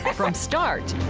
but from start